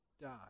die